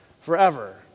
forever